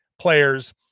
players